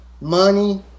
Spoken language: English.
money